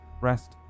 rest